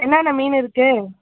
என்னென்னா மீன் இருக்குது